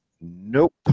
nope